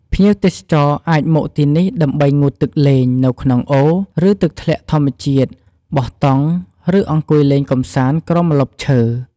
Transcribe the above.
ភ្ញៀវទេសចរអាចមកទីនេះដើម្បីងូតទឹកលេង នៅក្នុងអូរ ឬទឹកធ្លាក់ធម្មជាតិ បោះតង់ ឬអង្គុយលេងកម្សាន្តក្រោមម្លប់ឈើ។